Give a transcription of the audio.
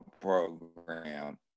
program